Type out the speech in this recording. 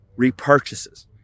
repurchases